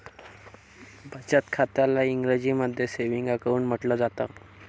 बचत खात्याला इंग्रजीमध्ये सेविंग अकाउंट म्हटलं जातं